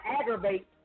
aggravate